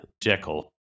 Jekyll